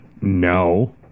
no